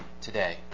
today